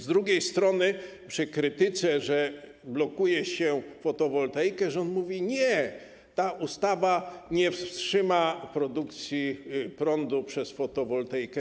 Z drugiej strony przy krytyce, że blokuje się fotowoltaikę, rząd mówi: nie, ta ustawa nie wstrzyma produkcji prądu przez fotowoltaikę.